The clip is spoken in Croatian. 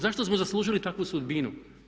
Zašto smo zaslužili takvu sudbinu?